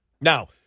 Now